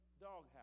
doghouse